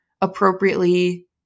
appropriately